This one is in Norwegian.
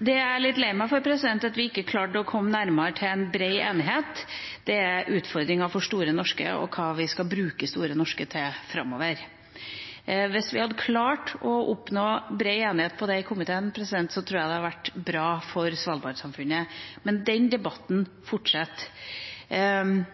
Det jeg er litt lei meg for at vi ikke klarte å komme nærmere en bred enighet om, er utfordringene for Store Norske og hva vi skal bruke Store Norske til framover. Hvis vi hadde klart å oppnå bred enighet om det i komiteen, tror jeg det hadde vært bra for Svalbard-samfunnet, men den debatten fortsetter.